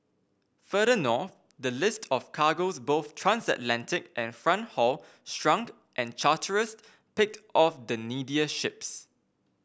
further north the list of cargoes both transatlantic and front haul shrunk and charterers picked off the needier ships